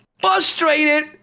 Frustrated